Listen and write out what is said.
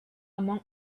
among